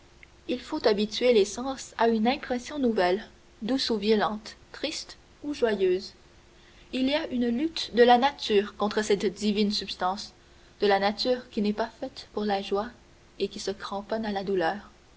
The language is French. il faut habituer les sens à une impression nouvelle douce ou violente triste ou joyeuse il y a une lutte de la nature contre cette divine substance de la nature qui n'est pas faite pour la joie et qui se cramponne à la douleur